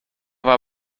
war